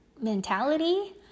mentality